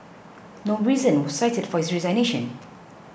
no reason was cited for his resignation